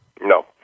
No